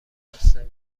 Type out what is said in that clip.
راسته